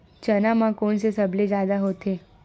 चना म कोन से सबले जादा होथे?